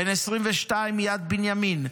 בן 22 מיד בנימין,